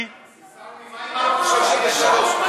אני, עיסאווי, מה עם ערוץ 33?